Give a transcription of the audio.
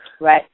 Right